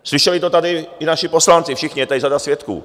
Slyšeli to tady i naši poslanci, všichni, je tady řada svědků.